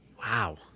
Wow